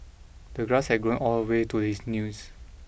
the grass had grown all the way to his knees